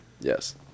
Yes